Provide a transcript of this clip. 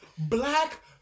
Black